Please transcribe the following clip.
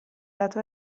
lato